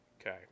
Okay